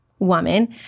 woman